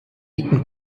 eton